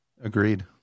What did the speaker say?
Agreed